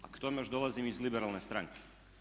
A k tome još dolazim iz liberalne stranke.